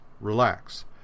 relax